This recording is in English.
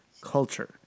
culture